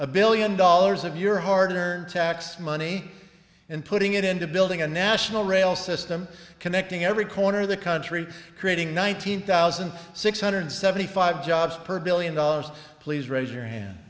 a billion dollars of your hard earned tax money and putting it into building a national rail system connecting every corner of the country creating nine hundred thousand six hundred seventy five jobs per billion dollars please raise your hand